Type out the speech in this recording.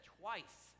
twice